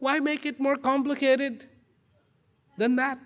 why make it more complicated than that